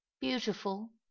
Beautiful